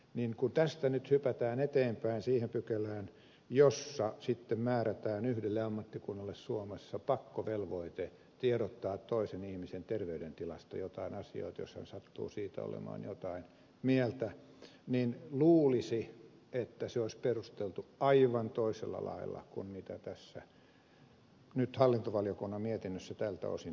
kun tästä nyt hypätään eteenpäin siihen pykälään jossa sitten määrätään yhdelle ammattikunnalle suomessa pakkovelvoite tiedottaa toisen ihmisen terveydentilasta joitain asioita jos hän sattuu siitä olemaan jotain mieltä niin luulisi että se olisi perusteltu aivan toisella lailla kuin nyt tässä hallintovaliokunnan mietinnössä tältä osin tehdään